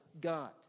God